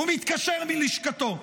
הוא מתקשר מלשכתו.